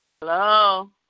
hello